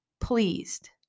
Pleased